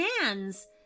hands